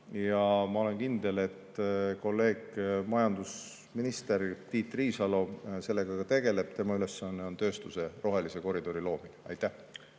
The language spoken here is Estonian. Ma olen kindel, et kolleegist majandusminister Tiit Riisalo sellega ka tegeleb, tema ülesanne on tööstuse rohelise koridori loomine. Andres